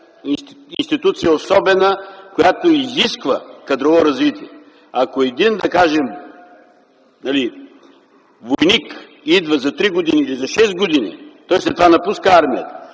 институция особена, която изисква кадрово развитие. Ако един, да кажем, войник идва за три години или за шест години, той след това напуска армията,